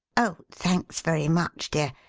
oh, thanks very much, dear.